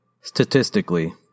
Statistically